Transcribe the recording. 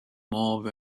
more